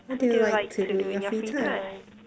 what do you like to do in your free time